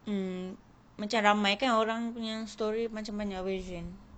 mm macam ramai kan orang punya story macam banyak version